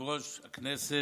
יושב-ראש הישיבה,